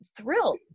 thrilled